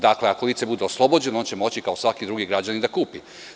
Dakle, ako lice bude oslobođeno, on će moći kao svaki drugi građanin da kupi.